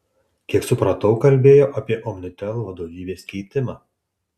kiek supratau kalbėjo apie omnitel vadovybės keitimą